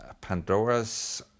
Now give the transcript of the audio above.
Pandora's